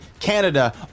canada